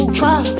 try